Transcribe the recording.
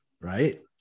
Right